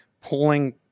Pulling